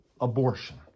abortion